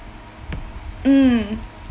mm